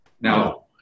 Now